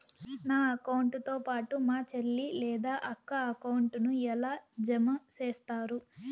నా అకౌంట్ తో పాటు మా చెల్లి లేదా అక్క అకౌంట్ ను ఎలా జామ సేస్తారు?